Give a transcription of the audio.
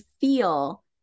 feel